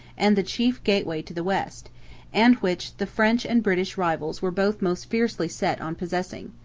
and the chief gateway to the west and which the french and british rivals were both most fiercely set on possessing.